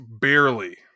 barely